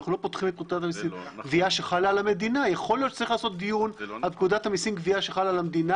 יכול להיות שצריך לעשות דיון על פקודת המיסים גבייה שחלה על המדינה.